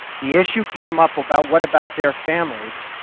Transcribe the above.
the issue came up about what about their families,